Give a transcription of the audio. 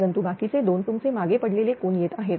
परंतु बाकीचे दोन तुमचे मागे पडलेले कोन येत आहेत